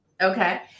Okay